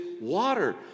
water